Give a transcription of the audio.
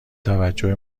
توجه